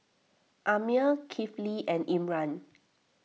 Ammir Kifli and Imran